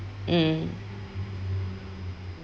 mm